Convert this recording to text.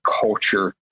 culture